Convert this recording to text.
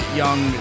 young